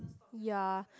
yea